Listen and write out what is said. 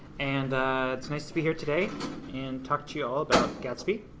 and it's nice to be here today and talk to you all about gatsby.